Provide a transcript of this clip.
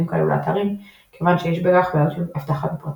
כאלו לאתרים כיוון שיש בכך בעיות של אבטחה ופרטיות.